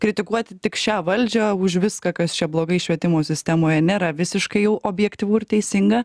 kritikuoti tik šią valdžią už viską kas čia blogai švietimo sistemoje nėra visiškai jau objektyvu ir teisinga